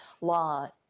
law